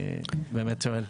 אני באמת שואל.